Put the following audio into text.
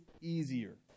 easier